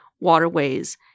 waterways